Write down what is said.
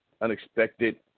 unexpected